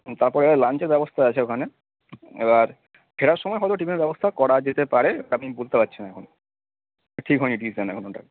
তাপরে লাঞ্চের ব্যবস্থা আছে ওখানে এবার ফেরার সময় হয়তো টিফিনের ব্যবস্থা করা যেতে পারে আমি বলতে পাচ্ছি না এখন ঠিক হয় নি ডিসিশান এখন ওটার